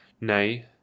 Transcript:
Nay